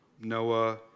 Noah